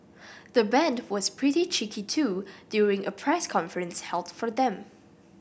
the band was pretty cheeky too during a press conference held for them